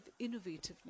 innovativeness